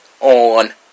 on